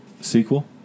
sequel